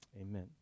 Amen